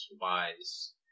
wise